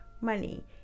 money